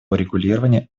урегулирования